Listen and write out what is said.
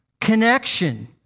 connection